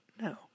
No